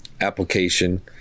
application